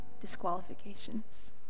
disqualifications